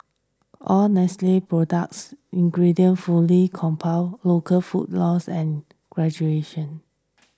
all Nestle product ingredients fully compound local food laws and graduation